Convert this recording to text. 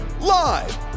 Live